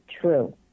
true